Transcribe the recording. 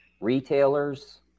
retailers